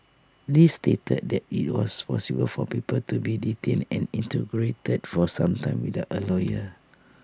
li stated that IT was possible for people to be detained and interrogated for some time without A lawyer